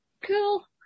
Cool